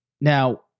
Now